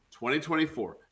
2024